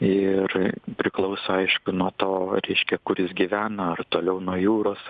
ir priklauso aišku nuo to reiškia kur jis gyvena ar toliau nuo jūros